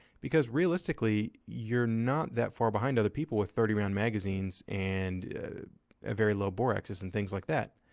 because realistically you're not that far behind other people with thirty round magazines and a very low bore axis and things like that.